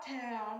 town